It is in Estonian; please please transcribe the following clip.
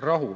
rahul.